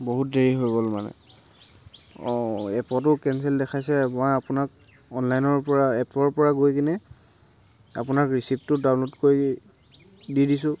বহুত দেৰি হৈ গ'ল মানে এপতো কেনচেল দেখাইছে মই আপোনাক অনলাইনৰ পৰা এপৰ পৰা গৈ কিনে আপোনাক ৰিচিপ্টটো ডাউনলোড কৰি দি দিছো